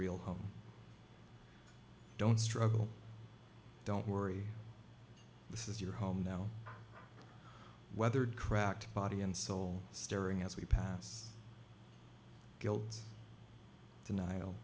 real home don't struggle don't worry this is your home now weathered cracked body and soul stirring as we pass gilts denial